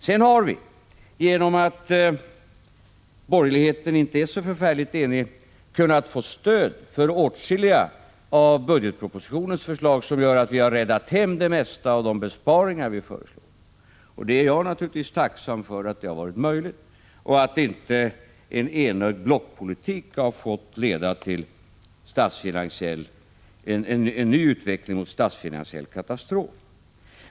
Men genom att borgerligheten inte är så förfärligt enig har vi kunnat få stöd för åtskilliga av budgetpropositionens förslag, vilket har medfört att vi har räddat de flesta av våra besparingsförslag. Jag är naturligtvis tacksam för att detta har varit möjligt och för att inte en enögd blockpolitik har fått leda till en ny utveckling mot statsfinansiell katastrof.